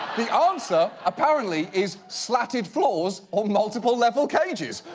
the answer, apparently, is, slatted floors or multiple-level cages,